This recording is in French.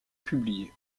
publiées